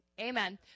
Amen